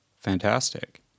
Fantastic